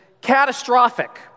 catastrophic